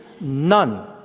none